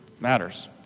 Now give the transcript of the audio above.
matters